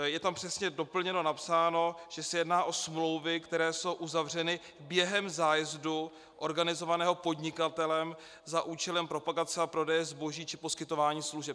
Je tam přesně doplněno, napsáno, že se jedná o smlouvy, které jsou uzavřeny během zájezdu organizovaného podnikatelem za účelem propagace a prodeje zboží či poskytování služeb.